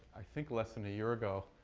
i think less than a year ago.